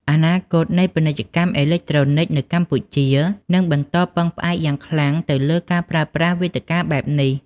អនាគតនៃពាណិជ្ជកម្មអេឡិចត្រូនិកនៅកម្ពុជានឹងបន្តពឹងផ្អែកយ៉ាងខ្លាំងទៅលើការប្រើប្រាស់វេទិកាបែបនេះ។